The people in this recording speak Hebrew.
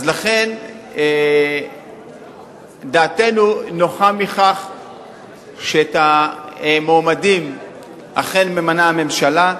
לכן דעתנו נוחה מכך שאת המועמדים אכן ממנה הממשלה.